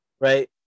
right